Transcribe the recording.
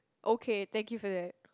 okay thank you for that